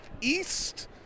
East